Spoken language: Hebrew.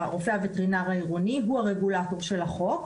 הרופא הווטרינר העירוני הוא הרגולטור של החוק,